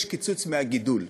יש קיצוץ מהגידול,